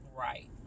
Right